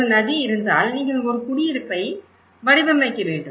ஒரு நதி இருந்தால் நீங்கள் ஒரு குடியிருப்பை வடிவமைக்க வேண்டும்